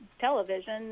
television